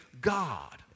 God